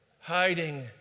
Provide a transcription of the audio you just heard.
Hiding